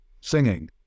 singing